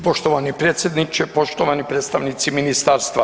Poštovani predsjedniče, poštovani predstavnici ministarstva.